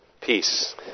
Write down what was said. peace